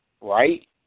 right